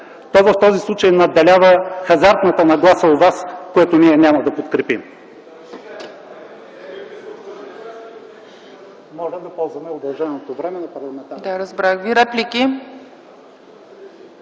то в този случай надделява хазартната нагласа у Вас, което ние няма да подкрепим.